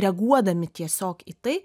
reaguodami tiesiog į tai